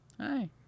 Hi